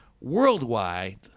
worldwide